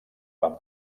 van